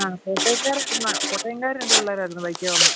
ആ കോട്ടയംകാര് എന്നാ കോട്ടയംകാര് രണ്ട് പിള്ളേരായിരുന്നു ബൈക്കിൽ വന്നത്